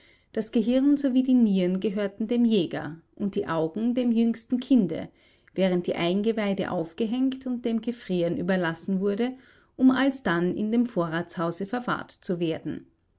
das gehirn sowie die nieren gehörten dem jäger und die augen dem jüngsten kinde während die eingeweide aufgehängt und dem gefrieren überlassen wurden um alsdann in dem vorratshause verwahrt zu werden